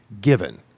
given